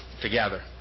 together